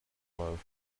love